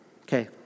Okay